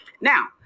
Now